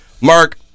Mark